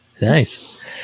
nice